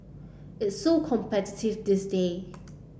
it's so competitive these day